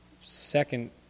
Second